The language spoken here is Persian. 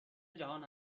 جهان